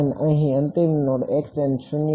અહીં અંતિમ નોડ 0 છે